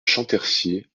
champtercier